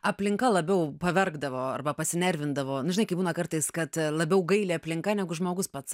aplinka labiau pavergdavo arba pasinervindavo žinai kaip būna kartais kad labiau gaili aplinka negu žmogus pats